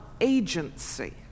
agency